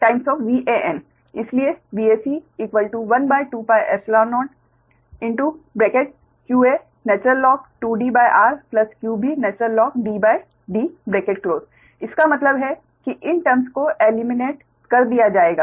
इसलिए Vac120qa In2Drqb InDD इसका मतलब है कि इन टर्म्स को एलिमिनेट कर दिया जाएगा